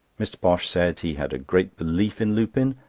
mr. posh said he had a great belief in lupin,